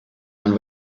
and